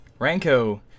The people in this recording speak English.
Ranko